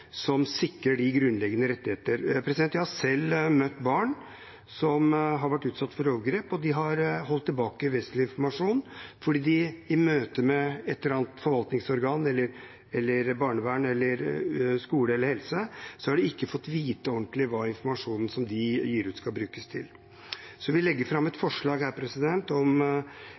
som sikrer de grunnleggende rettighetene. Jeg har selv møtt barn som har vært utsatt for overgrep, og som har holdt tilbake vesentlig informasjon fordi de i møte med et eller annet forvaltningsorgan eller barnevernet, skole eller helse ikke har fått vite ordentlig hva informasjonen de gir ut, skal brukes til. Så vi legger fram et forslag her om en forskrift til forvaltningsloven om